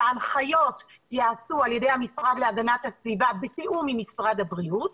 שההנחיות ייעשו על ידי המשרד להגנת הסביבה בתיאום עם משרד הבריאות,